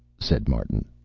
said martin.